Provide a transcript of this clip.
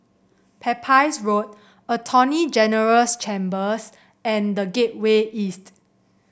Pepys Road Attorney General's Chambers and The Gateway East